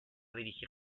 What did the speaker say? dirigir